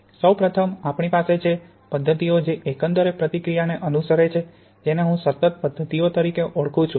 સૌ પ્રથમ આપણી પાસે છે પદ્ધતિઓ જે એકંદર પ્રતિક્રિયાને અનુસરે છે જેને હું સતત પદ્ધતિઓ તરીકે ઓળખું છું